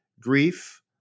grief